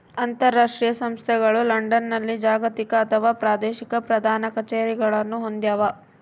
ಅಂತರಾಷ್ಟ್ರೀಯ ಸಂಸ್ಥೆಗಳು ಲಂಡನ್ನಲ್ಲಿ ಜಾಗತಿಕ ಅಥವಾ ಪ್ರಾದೇಶಿಕ ಪ್ರಧಾನ ಕಛೇರಿಗಳನ್ನು ಹೊಂದ್ಯಾವ